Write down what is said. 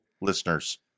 listeners